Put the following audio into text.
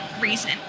reason